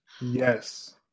Yes